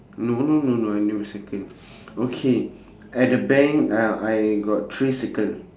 no no no no I never circle okay at the bank I I got three circles